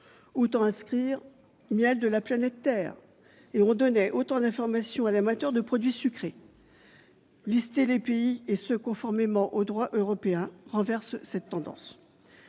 Autant inscrire « Miel de la planète Terre », on donnerait autant d'informations à l'amateur de produits sucrés ! Citer les pays, et cela conformément au droit européen, renverse cette tendance.